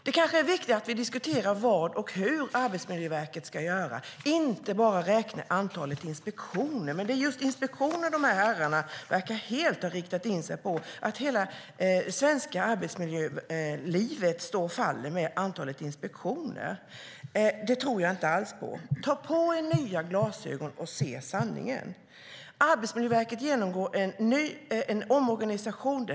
Det kanske är viktigare att vi diskuterar vad och hur Arbetsmiljöverket ska göra och inte bara räknar antalet inspektioner. Men det är just inspektioner de här herrarna verkar helt ha riktat in sig på, som om hela det svenska arbetsmiljölivet står och faller med antalet inspektioner. Det tror jag inte alls på. Ta på er nya glasögon och se sanningen! Arbetsmiljöverket genomgår en omorganisation.